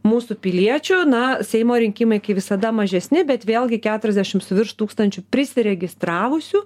mūsų piliečių na seimo rinkimai kai visada mažesni bet vėlgi keturiasdešims virš tūkstančiu prisiregistravusių